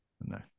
No